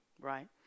right